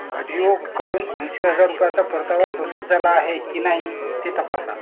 अजिओकडून ऐंशी हजार रुपयाचा परतावा प्रोसेस झाला आहे की नाही ते तपासा